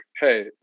hey